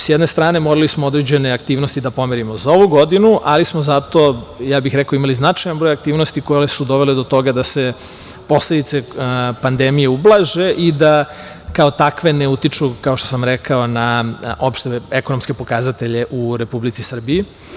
S jedne strane, morali smo određene aktivnosti da pomerimo za ovu godinu, ali smo zato, rekao bih, imali značajan broj aktivnosti koje su dovele do toga da se posledice pandemije ublaže i da kao takve ne utiču, kao što sam rekao, na opšte ekonomske pokazatelje u Republici Srbiji.